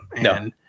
No